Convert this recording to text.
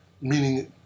meaning